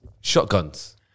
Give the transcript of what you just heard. Shotguns